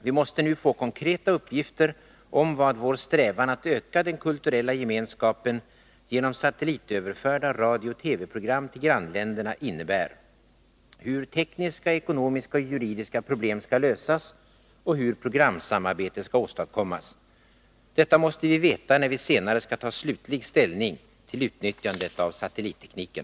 Vi måste nu få Nordiskt radiokonkreta uppgifter om vad vår strävan att öka den kulturella gemenskapen genom satellitöverförda radiooch TV-program till grannländerna innebär, hur tekniska, ekonomiska och juridiska problem skall lösas och hur programsamarbete skall åstadkommas. Detta måste vi veta när vi senare skall ta slutlig ställning till utnyttjandet av satellittekniken.